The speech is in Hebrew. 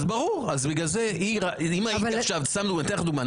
אז ברור, בגלל זה סתם נגיד אני אתן לך דוגמא.